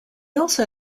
also